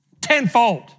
tenfold